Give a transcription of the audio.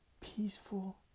peaceful